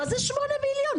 מזה שמונה מיליון?